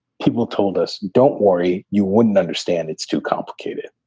people told us, don't worry, you wouldn't understand. it's too complicated,